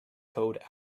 code